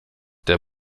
der